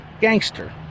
Gangster